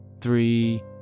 three